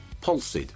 pulsed